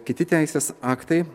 kiti teisės aktai